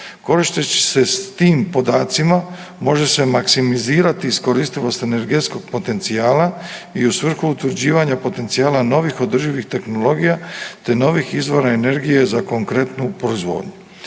Koristeći se s tim podacima može se maksimizirati iskoristivost energetskog potencijala i u svrhu utvrđivanja potencijala novih održivih tehnologija, te novih izvora energije za konkretnu proizvodnju.